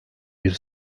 bir